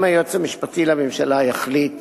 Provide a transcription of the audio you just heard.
אם היועץ המשפטי לממשלה יחליט